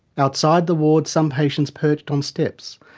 outside the wards some patients perched on steps,